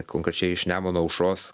konkrečiai iš nemuno aušros